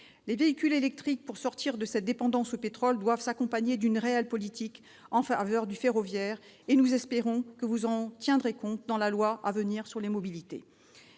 Les véhicules électriques pour sortir de cette dépendance au pétrole doivent s'accompagner d'une réelle politique en faveur du ferroviaire. Nous espérons que vous en tiendrez compte dans la loi à venir sur les mobilités.